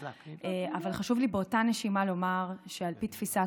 אבל חשוב לי באותה נשימה לומר שעל פי תפיסת